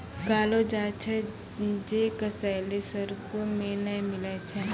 कहलो जाय छै जे कसैली स्वर्गो मे नै मिलै छै